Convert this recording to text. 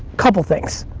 couple things.